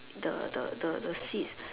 the the the the seats